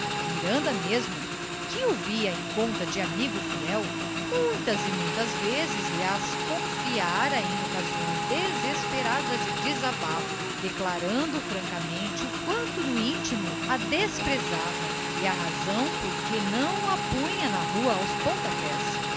miranda mesmo que o via em conta de amigo fiel muitas e muitas vezes lhas confiara em ocasiões desesperadas de desabafo declarando francamente o quanto no intimo a desprezava e a razão por que não a punha na rua aos pontapés